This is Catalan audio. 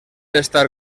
estar